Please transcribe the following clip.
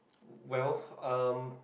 well um